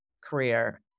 career